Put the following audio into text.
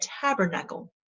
tabernacle